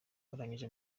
arangije